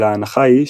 אלא ההנחה היא,